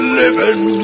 living